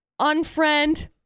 unfriend